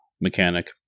mechanic